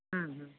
ह्म् हु